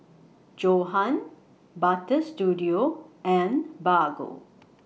Johan Butter Studio and Bargo